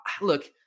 look